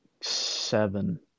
Seven